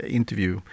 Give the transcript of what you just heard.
interview